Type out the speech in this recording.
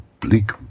bleak